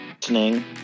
listening